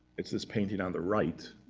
it's this painting on the right.